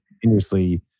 continuously